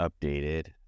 updated